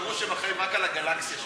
הם אמרו שהם אחראים רק לגלקסיה שלנו.